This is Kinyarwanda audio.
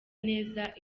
neza